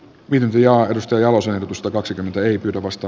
minä vihaan risto jalosen musta kaksikymmentä ei pyydä vasta